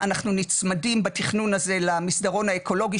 אנחנו נצמדים בתכנון הזה למסדרון האקולוגי,